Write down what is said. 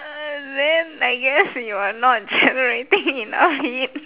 uh then I guess you are not generating enough heat